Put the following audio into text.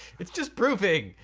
it's just proofing.